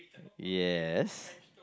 yes